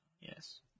Yes